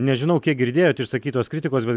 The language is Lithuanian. nežinau kiek girdėjot išsakytos kritikos bet